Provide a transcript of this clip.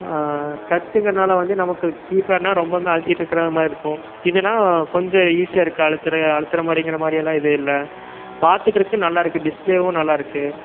டச்சுங்கிறதினால வந்து நமக்கு கீப்பேட்னா ரொம்பவும் அழுத்திட்டு இருக்கிற மாரி இருக்கும் இதுனா கொஞ்சம் ஈசியாக இருக்கு அழுத்துகிற அழுத்துகிற மாதிரிங்கிற மாதிரியெல்லாம் எதுவும் இல்லை பாத்துக்கிறதுக்கு நல்லாயிருக்கு டிஸ்பிளேவும் நல்லாயிருக்கு